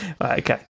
Okay